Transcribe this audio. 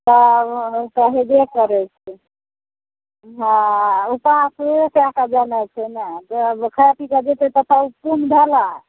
तऽ तऽ हेबे करै छै हँ उपासे कै के जेनाइ छै ने खा पीके जएतै तब तऽ पुण्य भेलऽ